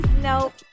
nope